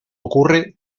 ocurre